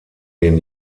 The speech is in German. den